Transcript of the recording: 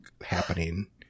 happening